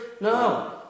No